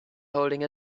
holding